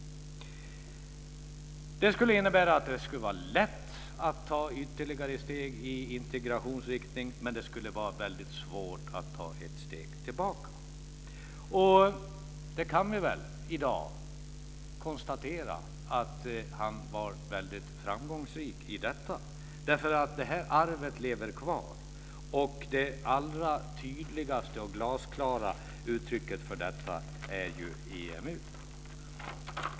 Det skulle innebära att det skulle vara lätt att ta ytterligare steg i integrationsriktning, men det skulle vara väldigt svårt att ta ett steg tillbaka. Vi kan i dag konstatera att han var väldigt framgångsrik i detta. Det arvet lever kvar. Det allra tydligaste och glasklara uttrycket för detta är EMU.